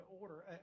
order